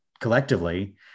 collectively